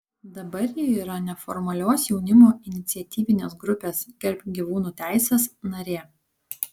dabar ji yra neformalios jaunimo iniciatyvinės grupės gerbk gyvūnų teises narė